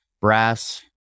brass